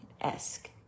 esque